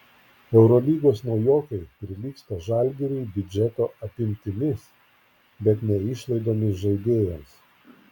eurolygos naujokai prilygsta žalgiriui biudžeto apimtimis bet ne išlaidomis žaidėjams